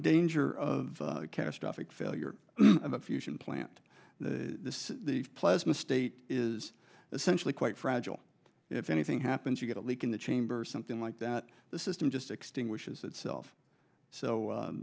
danger of catastrophic failure of the fusion plant the plasma state is essentially quite fragile if anything happens you get a leak in the chamber or something like that the system just extinguishes itself so